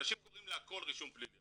אנשים קוראים להכל רישום פלילי,